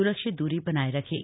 सुरक्षित दूरी बनाए रखें